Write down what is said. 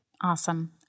Awesome